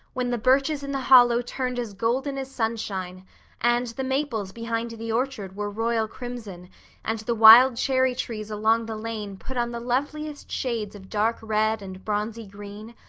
when the birches in the hollow turned as golden as sunshine and the maples behind the orchard were royal crimson and the wild cherry trees along the lane put on the loveliest shades of dark red and bronzy green,